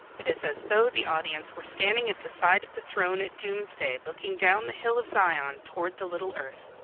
it is as though the audience were standing at the side of the throne at doomsday looking down the hill of zion toward the little earth.